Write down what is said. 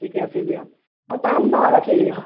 ঠিকে আছে দিয়ক পাম ন গাখীৰ